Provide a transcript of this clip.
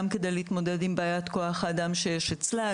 גם כדי להתמודד עם בעיית כוח האדם שיש אצלה,